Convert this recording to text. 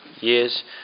years